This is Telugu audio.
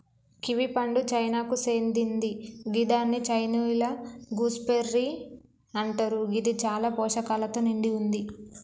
కివి పండు చైనాకు సేందింది గిదాన్ని చైనీయుల గూస్బెర్రీ అంటరు గిది చాలా పోషకాలతో నిండి వుంది